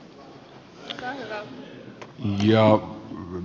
arvoisa puhemies